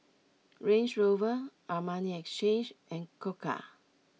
Range Rover Armani Exchange and Koka